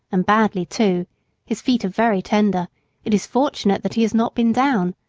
and badly, too his feet are very tender it is fortunate that he has not been down.